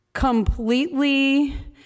Completely